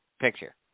picture